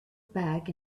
back